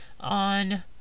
on